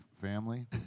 family